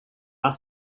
are